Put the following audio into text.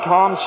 Tom